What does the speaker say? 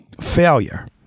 failure